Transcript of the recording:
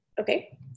Okay